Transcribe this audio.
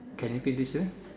can you take this year